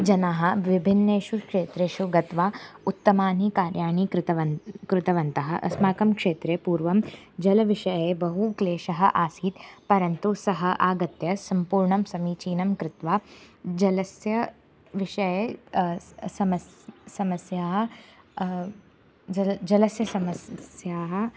जनाः विभिन्नेषु क्षेत्रेषु गत्वा उत्तमानि कार्याणि कृतवन्तः कृतवन्तः अस्माकं क्षेत्रे पूर्वं जलविषये बहु क्लेशः आसीत् परन्तु सः आगत्य सम्पूर्णं समीचीनं कृत्वा जलस्य विषये स् समस् समस्याः जल जलस्य समस्याः